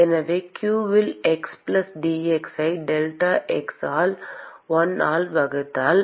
எனவே q இல் xdx ஐ டெல்டா x ஆல் 1 ஆல் வகுத்தால்